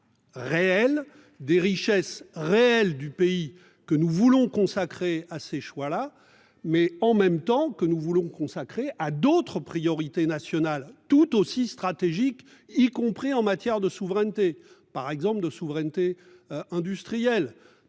des richesses réelles du pays que nous voulons consacrer à ces choix-là mais en même temps que nous voulons consacrer à d'autres priorités nationales tout aussi stratégique, y compris en matière de souveraineté par exemple de souveraineté industrielle